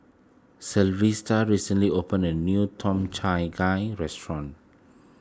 Sylvester recently opened a new Tom Gai restaurant